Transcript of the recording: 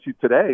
today